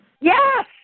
Yes